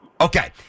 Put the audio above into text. Okay